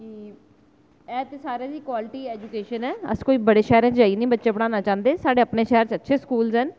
की ऐ ते सारे दी क्वाल्टी ऐजूकेशन ऐ अस कोई बड़े शैह्रें च जाई निं अपने बच्चे पढ़ाना चाह्ंदे साढ़े अपने शैह्र च अच्छे स्कूल न